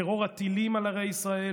טרור הטילים על ערי ישראל.